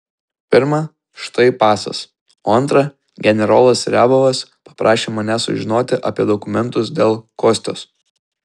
pirma štai pasas o antra generolas riabovas paprašė manęs sužinoti apie dokumentus dėl kostios